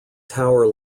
tower